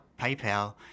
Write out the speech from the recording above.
PayPal